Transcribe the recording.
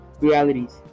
realities